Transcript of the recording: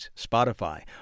Spotify